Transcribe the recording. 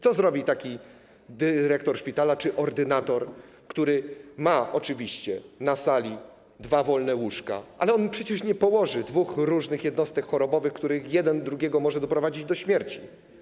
Co zrobi taki dyrektor szpitala czy ordynator, który ma oczywiście na sali dwa wolne łóżka, ale on przecież nie położy dwóch różnych jednostek chorobowych, gdzie jeden drugiego może doprowadzić do śmierci?